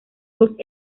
dos